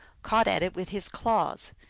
caught at it with his claws.